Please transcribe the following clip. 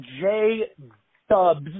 J-Dubs